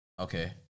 Okay